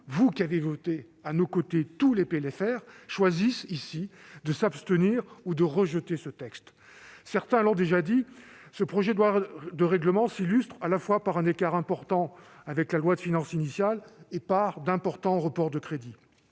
vous, qui ont voté à nos côtés tous les PLFR, choisissent de s'abstenir ou de rejeter ce texte. Certains l'ont déjà dit, ce projet de loi de règlement s'illustre, à la fois, par un écart important avec la loi de finances initiale et par d'importants reports de crédits.